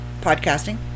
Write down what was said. podcasting